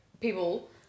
people